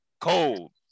cold